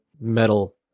metal